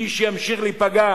מי שימשיך להיפגע